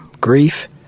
grief